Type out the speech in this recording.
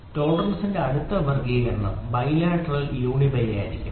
ടോളറൻസിന്റെ അടുത്ത വർഗ്ഗീകരണം bilateral uni bi ആയിരിക്കും